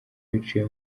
biciye